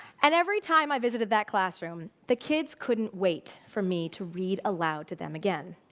and everytime i visited that classroom, the kids couldn't wait for me to read aloud to them again.